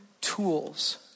tools